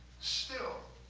still,